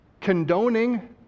condoning